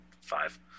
five